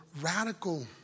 radical